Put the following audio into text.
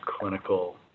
clinical